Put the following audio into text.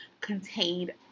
contained